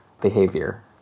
behavior